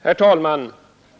Herr talman!